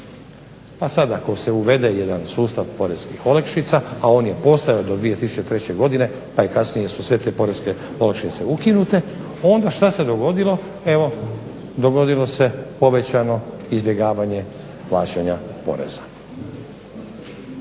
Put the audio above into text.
Pa sada ako se uvede jedan sustav poreskih olakšica, a on je postojao do 2003. godine, pa kasnije su sve te poreske olakšice ukinute onda što se dogodilo, evo dogodilo se povećano izbjegavanje plaćanja poreza.